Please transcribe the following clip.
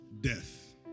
death